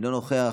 אינו נוכח,